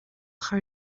chur